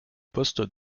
poste